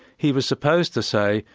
he was supposed to say,